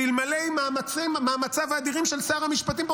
שאלמלא מאמציו האדירים של שר המשפטים פה